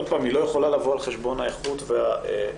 שהיא לא יכולה לבוא על חשבון האיכות והמחיר,